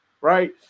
right